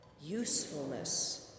Usefulness